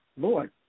Lord